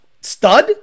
stud